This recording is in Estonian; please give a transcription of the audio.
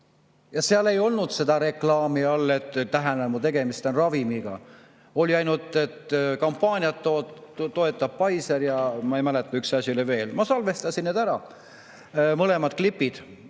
Ja seal ei olnud seda [teavet] all, et tähelepanu, tegemist on ravimiga. Oli ainult, et kampaaniat toetab Pfizer, ja ma ei mäleta, üks asi oli veel. Ma salvestasin need ära, mõlemad klipid.